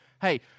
hey